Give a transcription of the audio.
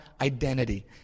identity